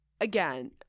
again